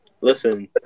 Listen